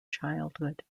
childhood